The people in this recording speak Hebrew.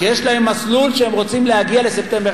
כי יש להם מסלול שהם רוצים להגיע לספטמבר